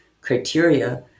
criteria